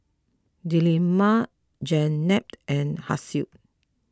Delima Jenab and Hasif